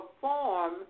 perform